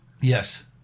yes